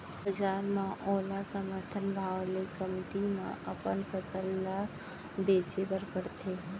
बजार म ओला समरथन भाव ले कमती म अपन फसल ल बेचे बर परथे